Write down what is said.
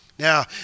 Now